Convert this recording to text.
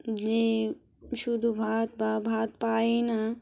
যে শুধু ভাত বা ভাত পায় না